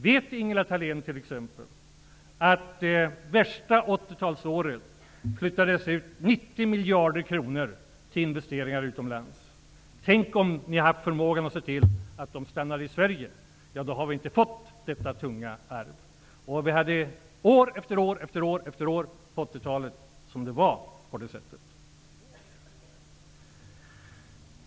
Vet Ingela Thalén t.ex. att 90 miljarder kronor flyttades ut under de bästa 80-talsåren i investeringar utomlands. Tänk om ni hade haft förmågan att se till att de stannade i Sverige! Då hade vi inte fått detta tunga arv. År efter år var det på det sättet under 80-talet.